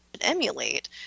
emulate